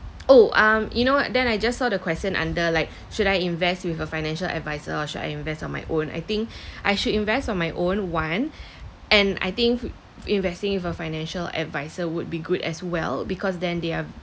oh um you know then I just saw the question under like should I invest with a financial adviser or should I invest on my own I think I should invest on my own one and I think investing with a financial adviser would be good as well because then they are